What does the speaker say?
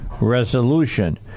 resolution